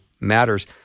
matters